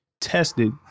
tested